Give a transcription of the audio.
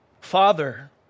Father